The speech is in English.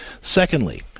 Secondly